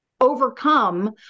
overcome